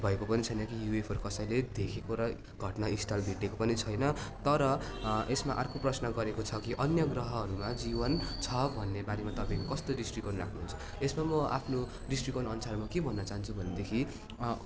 भएको पनि छैन कि युएफओहरू कसैले देखेको र घट्ना स्थल भेटेको पनि छैन तर यसमा अर्को प्रश्न गरेको छ कि अन्य ग्रहहरूमा जीवन छ भन्ने बारेमा तपाईँ कस्तो दृष्टिकोण राख्नुहुन्छ एसमा म आफ्नो दृष्टिकोण अनुसार म के भन्न चहान्छु भनेदेखि